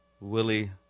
Willie